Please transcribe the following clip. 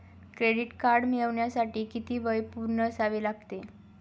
Credit card मिळवण्यासाठी किती वय पूर्ण असावे लागते?